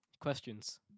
questions